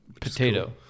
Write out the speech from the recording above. potato